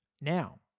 Now